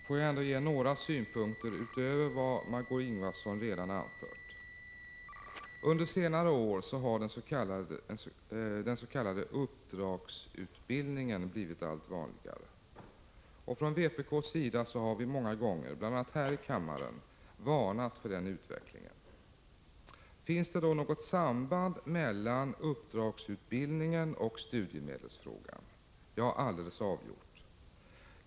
Jag vill ändå ge några synpunkter utöver vad Margö Ingvardsson redan anfört. Under senare år har ss.k. uppdragsutbildning blivit allt vanligare. Från vpk:s sida har vi många gånger, bl.a. här i kammaren, varnat för den utvecklingen. Finns det då något samband mellan uppdragsutbildningen och studiemedelsfrågan? Ja, alldeles avgjort.